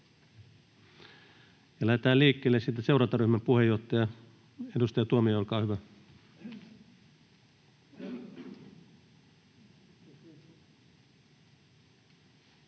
Lähdetään liikkeelle seurantaryhmän puheenjohtajasta, edustaja Tuomiojasta. — Olkaa hyvä.